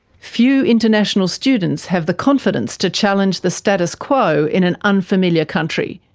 few international students have the confidence to challenge the status quo in an unfamiliar country.